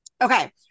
Okay